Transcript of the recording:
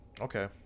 Okay